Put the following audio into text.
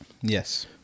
Yes